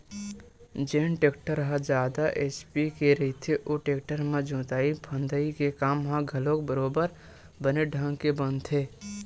जेन टेक्टर ह जादा एच.पी के रहिथे ओ टेक्टर म जोतई फंदई के काम ह घलोक बरोबर बने ढंग के बनथे